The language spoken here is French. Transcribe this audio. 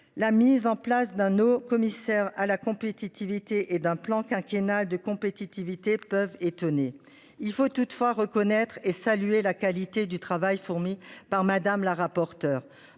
la mise en place d'un haut commissaire à la compétitivité et d'un plan quinquennal de compétitivité peuvent étonner. Il faut toutefois reconnaître et saluer la qualité du travail fourni par Madame la rapporteure